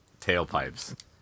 tailpipes